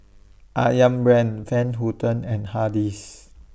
Ayam Brand Van Houten and Hardy's